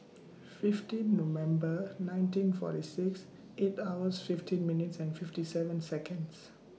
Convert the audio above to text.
fifteen November nineteen forty six eight hours fifteen minutes and fifty seven Seconds